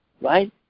right